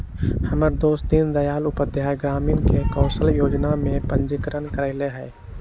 हमर दोस दीनदयाल उपाध्याय ग्रामीण कौशल जोजना में पंजीकरण करएले हइ